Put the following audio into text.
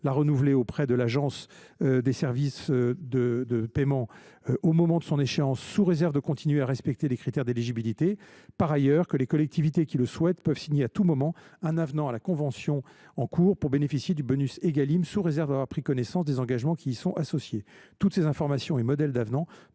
la renouveler auprès de l’Agence de services et de paiement au moment de son échéance, sous réserve de continuer à respecter les critères d’éligibilité, et, ensuite, que les collectivités le souhaitant peuvent signer à tout moment un avenant à la convention en cours pour bénéficier du bonus Égalim, sous réserve d’avoir pris connaissance des engagements qui y sont associés. Toutes ces informations et les modèles d’avenant